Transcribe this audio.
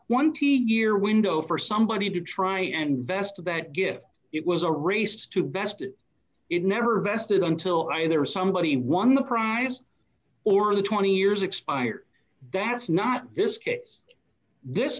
twenty year window for somebody to try and vest that gift it was a race to best it it never vested until either somebody won the prize or the twenty years expired that's not this